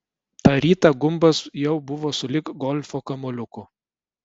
tą rytą gumbas jau buvo sulig golfo kamuoliuku